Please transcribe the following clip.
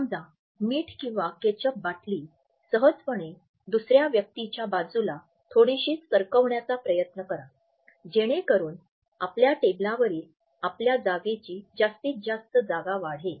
समजा मीठ किंवा केचप बाटली सहजपणे दुसर्या व्यक्तीच्या बाजूला थोडीशी सरकवण्याचा प्रयत्न करा जेणेकरून आपल्या टेबलावरील आपल्या जागेची जास्तीत जास्त जागा वाढेल